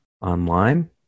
online